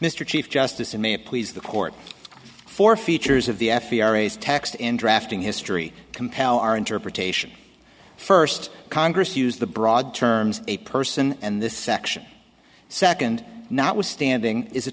mr chief justice in may it please the court for features of the f e r a's text in drafting history compel our interpretation first congress used the broad terms a person and this section second not withstanding is a